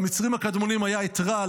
למצרים הקדמונים היה את רע,